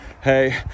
hey